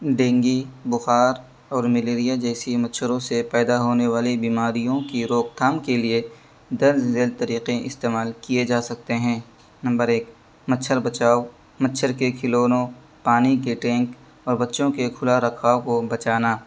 dengue بخار اور malaria جیسی مچھروں سے پیدا ہونے والی بیماریوں کی روک تھام کے لیے درج ذیل طریقے استعمال کیے جا سکتے ہیں نمبر ایک مچھر بچاؤ مچھر کے کھلونوں پانی کے ٹینک اور بچوں کے کھلا رکھاؤ کو بچانا